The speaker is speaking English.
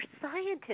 scientists